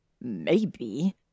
Maybe